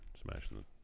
smashing